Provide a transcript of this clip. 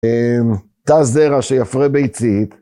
תא זרע שיפרה ביצית.